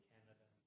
Canada